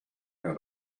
how